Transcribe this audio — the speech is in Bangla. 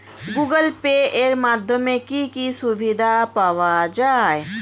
গুগোল পে এর মাধ্যমে কি কি সুবিধা পাওয়া যায়?